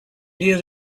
near